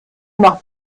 nach